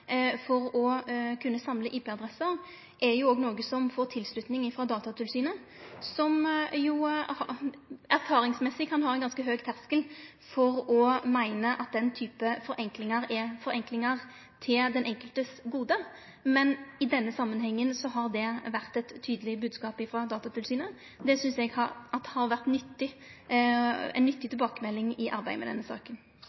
for å kunne samle IP-adresser, får òg tilslutning frå Datatilsynet, som jo etter all erfaring kan ha ein ganske høg terskel for å meine at slike forenklingar er forenklingar til den einskildes gode. Men i denne samanhengen har dette vore ein tydeleg bodskap frå Datatilsynet. Det synest eg har vore ei nyttig tilbakemelding i arbeidet med denne saka. Jeg vil henlede oppmerksomheten på siste delen av innstillingen. Det